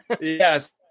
Yes